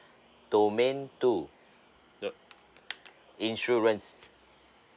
domain two clap insurance